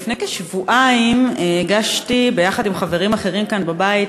לפני כשבועיים הגשתי יחד עם חברים אחרים כאן בבית